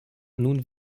nun